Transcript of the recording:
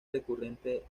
recurrente